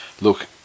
Look